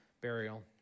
burial